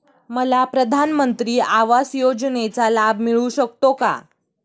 मला प्रधानमंत्री आवास योजनेचा लाभ मिळू शकतो का?